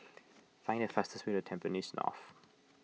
find the fastest way to Tampines North